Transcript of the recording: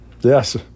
Yes